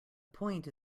point